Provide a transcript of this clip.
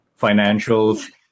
financials